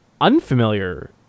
unfamiliar